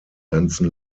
ganzen